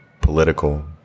political